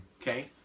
Okay